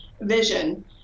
vision